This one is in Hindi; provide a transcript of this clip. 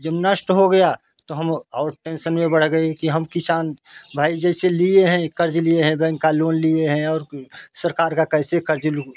जब नष्ट हो गया तो हम और टेंशन में बढ़ गए कि हम किसान भाई जिससे लिए हैं कर्ज लिए हैं बैंक का लोन लिए हैं और को सरकार का कैसे कर्ज लूँ